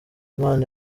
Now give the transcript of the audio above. imana